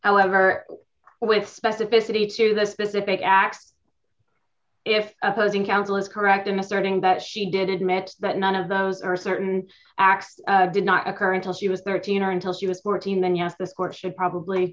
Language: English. however with specificity to the specific act if opposing counsel is correct in asserting that she did admit that none of those are certain acts did not occur until she was thirteen or until she was fourteen then yes the courts should probably